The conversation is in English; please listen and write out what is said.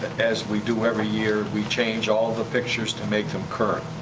as we do every year, we change all the pictures to make them current.